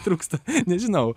trūksta nežinau